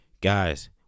Guys